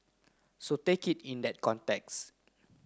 so take it in that context